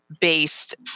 based